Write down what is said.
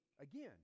Again